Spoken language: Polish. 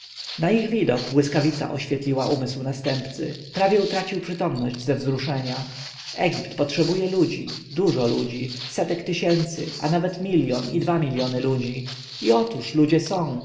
na ich widok błyskawica oświeciła umysł następcy prawie utracił przytomność ze wzruszenia egipt potrzebuje ludzi dużo ludzi setki tysięcy a nawet miljon i dwa miljony ludzi i otóż ludzie są